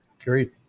Agreed